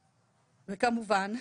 כמובן,